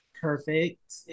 perfect